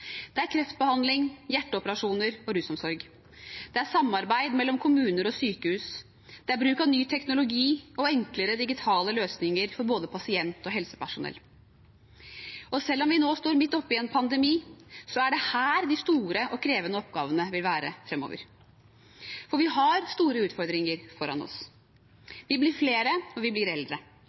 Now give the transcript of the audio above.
Det er kreftbehandling, hjerteoperasjoner og rusomsorg. Det er samarbeid mellom kommuner og sykehus. Det er bruk av ny teknologi og enklere digitale løsninger for både pasient og helsepersonell. Selv om vi nå står midt oppe i en pandemi, er det her de store og krevende oppgavene vil være fremover. For vi har store utfordringer foran oss. Vi blir flere, og vi blir eldre.